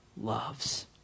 loves